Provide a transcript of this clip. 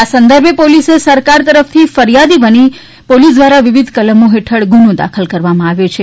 આ સંદર્ભે પોલીસે સરકાર તરફથી ફરીયાદી બની પોલીસ દ્વારા વિવિધ કલમો હેઠળ ગુનો દાખલ કરવામાં આવ્યો છે